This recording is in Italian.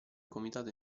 comitato